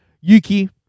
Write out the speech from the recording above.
Yuki